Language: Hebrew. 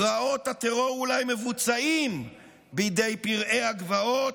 פרעות הטרור אולי מבוצעים בידי פראי הגבעות,